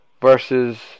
versus